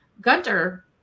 Gunter